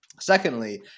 Secondly